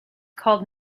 called